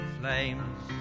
flames